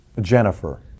Jennifer